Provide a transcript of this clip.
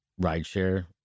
rideshare